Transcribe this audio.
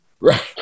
right